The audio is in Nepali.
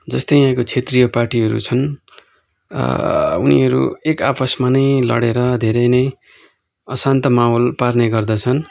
जस्तै यहाँको क्षेत्रीय पार्टीहरू छन् उनीहरू एक आपसमा नै लडेर धेरै नै अशान्त माहौल पार्ने गर्दछन्